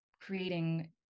creating